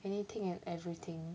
anything and everything